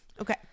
Okay